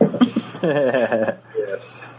Yes